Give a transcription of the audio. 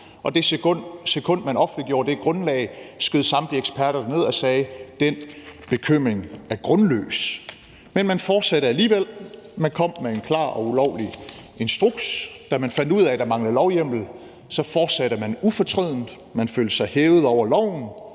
i det sekund, man offentliggjorde det grundlag, skød samtlige eksperter det ned og sagde, at den bekymring var grundløs. Men man fortsatte alligevel. Man kom med en klar og ulovlig instruks. Da man fandt ud af, at der manglede lovhjemmel, fortsatte man ufortrødent. Man følte sig hævet over loven: